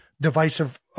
divisive